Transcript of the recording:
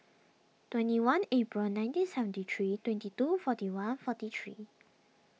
twenty one April nineteen seventy three twenty two forty one forty three